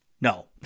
No